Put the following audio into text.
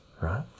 right